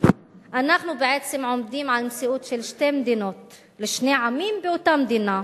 אנחנו בעצם עומדים במציאות של שתי מדינות לשני עמים באותה מדינה.